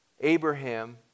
Abraham